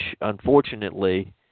unfortunately